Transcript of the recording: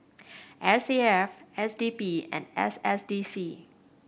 S A F S D P and S S D C